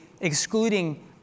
excluding